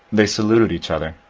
they saluted each other.